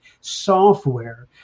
software